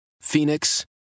Phoenix